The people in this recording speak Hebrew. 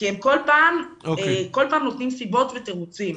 כי הם כל פעם נותנים סיבות ותירוצים.